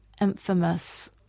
infamous